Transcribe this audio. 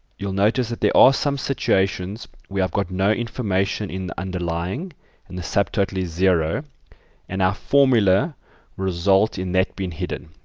you'll notice that there are some situations, where i have got no information in the underlying and the sub-total is zero and our formula result in that being hidden.